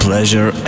pleasure